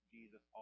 Jesus